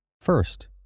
First